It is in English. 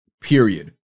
Period